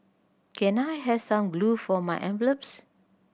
can I have some glue for my envelopes